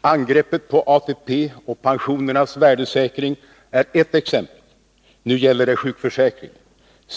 Angreppet på ATP och pensionernas värdesäkring är ett exempel. Nu gäller det sjukförsäkringen.